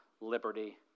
liberty